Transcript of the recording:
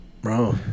Bro